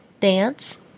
Dance